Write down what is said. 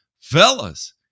fellas